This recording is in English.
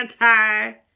anti-